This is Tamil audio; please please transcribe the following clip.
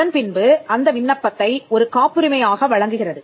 அதன்பின்பு அந்த விண்ணப்பத்தை ஒரு காப்புரிமை ஆக வழங்குகிறது